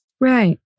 right